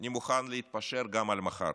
אני מוכן להתפשר גם על מחר.